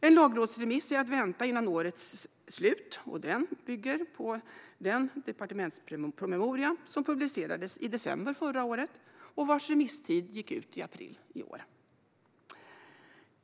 En lagrådsremiss är att vänta innan året är slut, och den bygger på den departementspromemoria som publicerades i december förra året och vars remisstid gick ut i april i år.